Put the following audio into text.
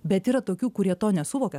bet yra tokių kurie to nesuvokia